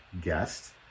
guest